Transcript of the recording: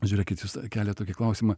žiūrėkit jūs keliat tokį klausimą